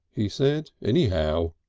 he said, anyhow.